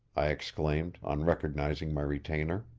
i exclaimed, on recognizing my retainer.